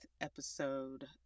episode